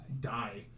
Die